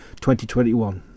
2021